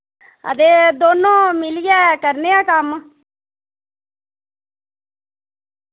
हां ते दोनों मिल्लियै करनेआं कम्म